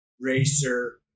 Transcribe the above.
racer